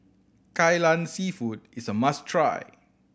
Kai Lan Seafood is a must try